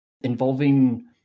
involving